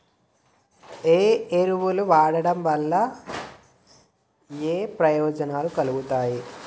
ఏ ఎరువులు వాడటం వల్ల ఏయే ప్రయోజనాలు కలుగుతయి?